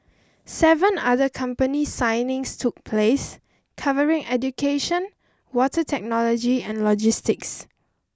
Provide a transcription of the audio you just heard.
seven other company signings took place covering education water technology and logistics